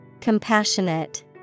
Compassionate